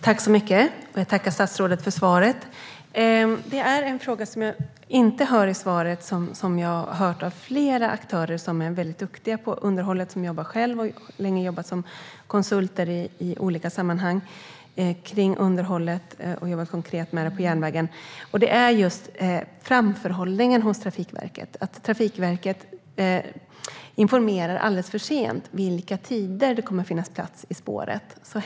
Herr talman! Jag tackar statsrådet för svaret. Men det finns en fråga som jag inte har fått svar på. Flera aktörer som är duktiga på underhåll och har jobbat länge som konsulter i olika konkreta sammanhang som rör underhåll av järnvägen har talat om framförhållningen hos Trafikverket. Information kommer alldeles för sent om vilka tider det kommer att finnas plats i spåret.